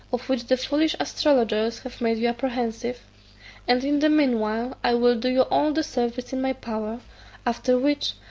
of which the foolish astrologers have made you apprehensive and in the mean while i will do you all the service in my power after which,